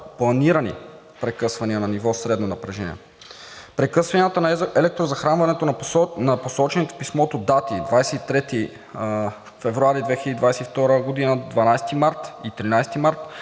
планирани прекъсвания на ниво средно напрежение. Прекъсванията на електрозахранването на посочените в писмото дати 23 февруари 2022 г., 12 и 13 март